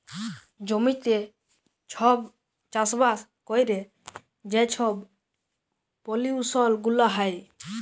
জমিতে ছব চাষবাস ক্যইরে যে ছব পলিউশল গুলা হ্যয়